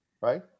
Right